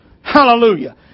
Hallelujah